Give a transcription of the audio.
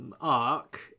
arc